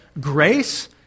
Grace